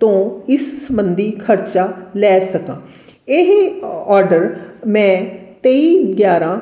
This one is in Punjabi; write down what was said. ਤੋਂ ਇਸ ਸੰਬੰਧੀ ਖਰਚਾ ਲੈ ਸਕਾਂ ਇਹ ਔਰਡਰ ਮੈਂ ਤੇਈ ਗਿਆਰਾਂ